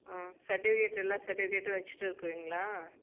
ம் சர்ட்டிஃபிக்கேட் எல்லா சர்ட்டிஃபிக்கேட்டும் வச்சிட்டு இருக்கிறீங்களா